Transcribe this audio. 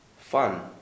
fun